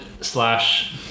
slash